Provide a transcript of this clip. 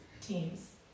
teams